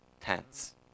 tense